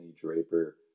Draper